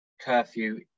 curfew